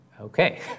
Okay